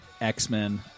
X-Men